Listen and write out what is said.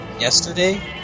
Yesterday